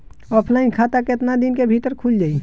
Offline खाता केतना दिन के भीतर खुल जाई?